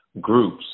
groups